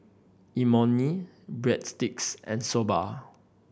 Imoni Breadsticks and Soba